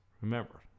remember